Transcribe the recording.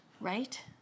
right